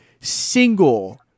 single